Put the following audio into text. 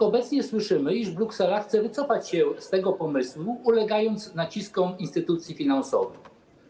Obecnie słyszymy jednak, iż Bruksela chce wycofać się z tego pomysłu, ulegając naciskom instytucji finansowych.